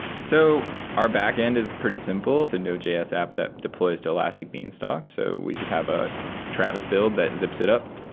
so our backend is pretty simple. it's a node js app that deploys to elastic beanstalk. so we just have a travis build that zips it up,